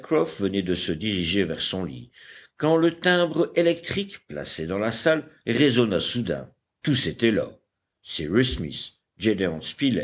venait de se diriger vers son lit quand le timbre électrique placé dans la salle résonna soudain tous étaient là